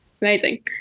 Amazing